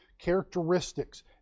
characteristics